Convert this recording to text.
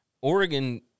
Oregon